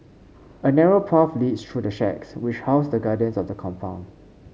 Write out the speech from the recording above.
a narrow path leads through the shacks which house the guardians of the compound